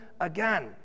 again